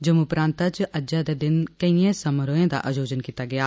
जम्मू प्रांतै च अज्जै दे दिन केइएं समारोहें दा आयोजन कीता गेआ